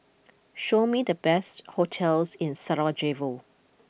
show me the best hotels in Sarajevo